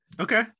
Okay